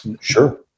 Sure